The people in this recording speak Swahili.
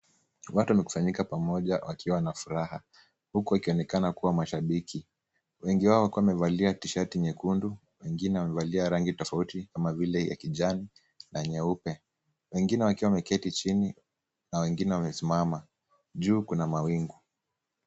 Wafu wamekusanyika pamoja wakiwa na furaha. Huku wakionekana kuwa mashabiki. Wengi wao wakiwa wamevaa tshirt hati nyekundu, wengine wamevalia rangi tofauti kama vile ya kijani na nyeupe. Wengine wakiwa wameketi chini na wengine wamesimama. Juu kuna mawingu.